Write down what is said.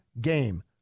game